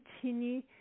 continue